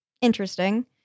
interesting